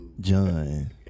John